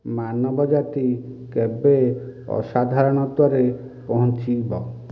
ମାନବଜାତି କେବେ ଅସାଧାରଣତ୍ୱରେ ପହଞ୍ଚିବ